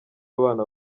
abana